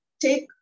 take